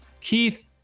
Keith